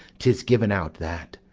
tis given out that,